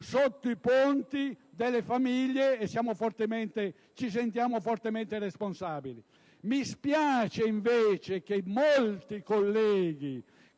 rispetto alle quali ci sentiamo fortemente responsabili. Mi spiace invece che molti colleghi